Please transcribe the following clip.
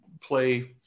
play